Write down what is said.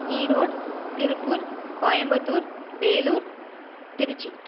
Erode Tiruppur Coimbatore Vellore Trichy